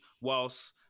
whilst